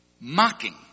mocking